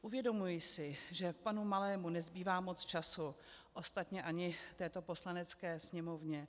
Uvědomuji si, že panu Malému nezbývá moc času, ostatně ani této Poslanecké sněmovně.